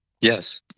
Yes